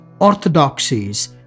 orthodoxies